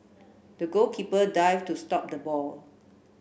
the goalkeeper dived to stop the ball